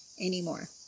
anymore